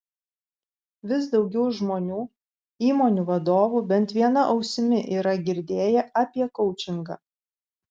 vis daugiau žmonių įmonių vadovų bent viena ausimi yra girdėję apie koučingą